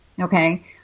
okay